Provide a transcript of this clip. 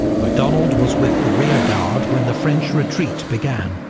macdonald was with the rearguard when the french retreat began,